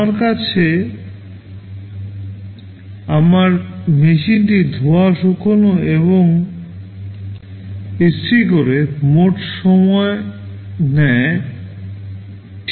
আমার কাছে আমার মেশিনটি ধোয়া শুকানো এবং ইস্ত্রি করে মোট সময় নেয় T